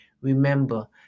Remember